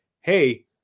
hey